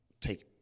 take